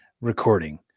recording